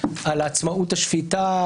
על עצמאות השפיטה,